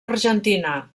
argentina